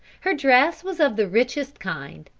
her dress was of the richest kind,